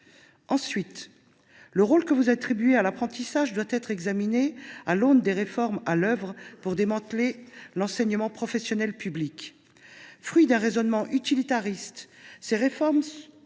En outre, le rôle que le Gouvernement attribue à l’apprentissage doit être examiné à l’aune des réformes à l’œuvre pour démanteler l’enseignement professionnel public. Fruit d’un raisonnement utilitariste, ces réformes ont